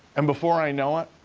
and before i know it,